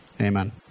Amen